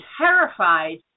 terrified